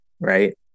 right